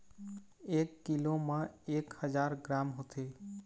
एक कीलो म एक हजार ग्राम होथे